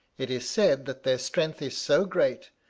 it is said that their strength is so great,